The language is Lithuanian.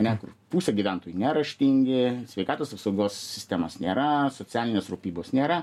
net pusė gyventojų neraštingi sveikatos apsaugos sistemos nėra socialinės rūpybos nėra